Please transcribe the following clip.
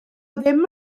ddim